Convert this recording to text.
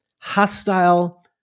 hostile